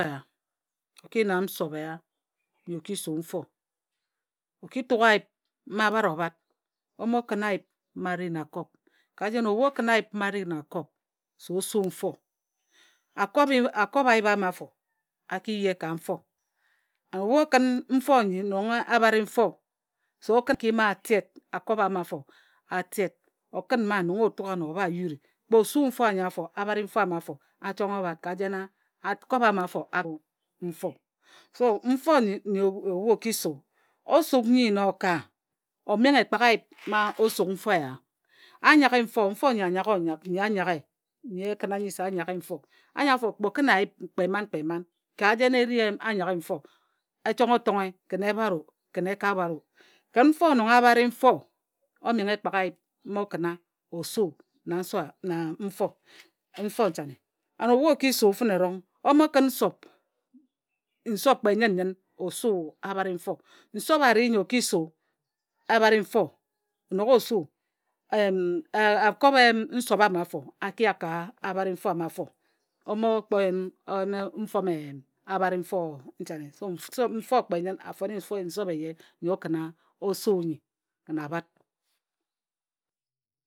Oki nam sob eya nyi oki su mfor oki tuk ayip mma abare-obad, ōmo kun ayip mma areh na akob, ka jen ebu okun ayip mma areh na akob, ka jen ebu okun ayip mma areh na akob, ka jen ebu okun ayip mma areh na akob se osu mfor, akob ayip ama for aki je ka mfor. Ebu okun mfor nyi nnon abare mfor se okid ka ima ated akob ama afor ated okún man nnon obuk ano aba yuri kpe osui mfor anyi afor abare mfor ama afor achang obad ka jen a akob ama afor aruk mfor. So mfor nyi ebu oki su, osuk nyi na oka amenghe ekpak ayip ma osuk mfor eya a, anyaghe mfor, mfor nyi oyagha-onyak nyi anyaghe nyi kun a use anyaghe mfor anyi afor kpe okun ayip kpe man kpe man kan jen eri anyaghe mfor echang otonghe ken ebad o ken eka bad o. Kin mfor nnon abare mfor omenghe ekpak ayip ma okuna osu na mfor nchane and ebu oki su fene erong omo kún sob, sob kpe nyin-nyin osu abare mfor. sob areh nyi oki su abare mfor onok osu okobe sob ama afor aki yak ka abare mfor ama afor omo kpo yen abare mfor nchane. So mfor kpe nyin afone sob eye ńyi okuna osu nyine kin abad